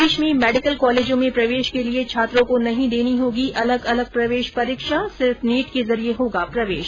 देश में मेडिकल कॉलेजों में प्रवेश के लिये छात्रों को नहीं देनी होगी अलग अलग प्रवेश परीक्षा सिर्फ नीट के जरिये होगा प्रवेश